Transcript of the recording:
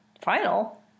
final